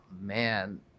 man